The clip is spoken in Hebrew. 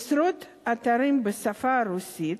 עשרות אתרים בשפה הרוסית